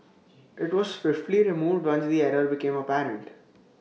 IT was swiftly removed once the error became apparent